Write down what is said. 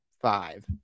five